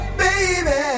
baby